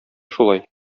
шулай